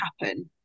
happen